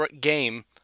game